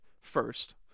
first